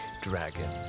dragon